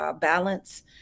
balance